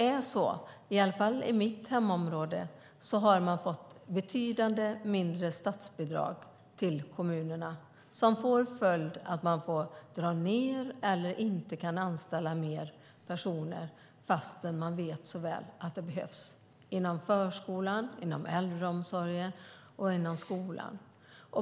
I alla fall i mitt hemområde har kommunerna fått betydigt mindre i statsbidrag, som får till följd att man får dra ned eller inte kan anställa fler fastän man så väl vet att det behövs inom förskolan, äldreomsorgen och skolan.